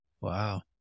Wow